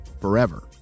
Forever